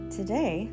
today